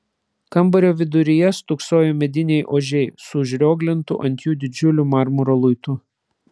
kambario viduryje stūksojo mediniai ožiai su užrioglintu ant jų didžiuliu marmuro luitu